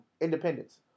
independence